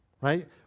right